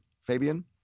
Fabian